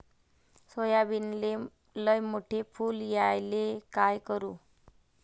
सोयाबीनले लयमोठे फुल यायले काय करू?